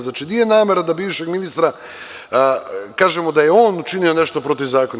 Znači, nije namera da za bivšeg ministra kažemo da je on učinio nešto protiv zakona.